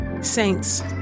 Saints